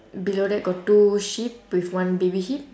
below that got two sheep with one baby sheep